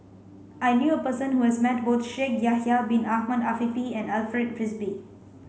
I knew a person who has met both Shaikh Yahya bin Ahmed Afifi and Alfred Frisby